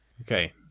Okay